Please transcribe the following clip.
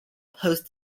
post